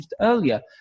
earlier